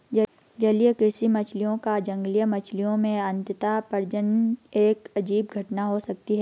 जलीय कृषि मछलियों का जंगली मछलियों में अंतःप्रजनन एक अजीब घटना हो सकती है